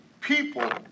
people